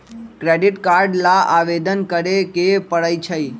credit card ला आवेदन करे के परई छई